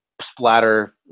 Splatter